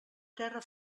terra